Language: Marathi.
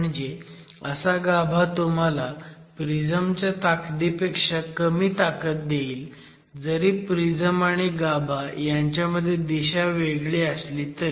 म्हणजे असा गाभा तुम्हाला प्रिझम च्या ताकदीपेक्षा कमी ताकद देईल जरी प्रिझम आणि गाभा ह्यांच्यामध्ये दिशा वेगळी असली तरी